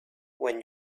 when